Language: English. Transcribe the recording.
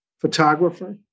photographer